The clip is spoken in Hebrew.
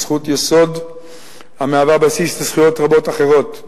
הוא זכות יסוד המהווה בסיס לזכויות רבות אחרות,